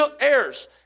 heirs